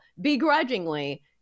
begrudgingly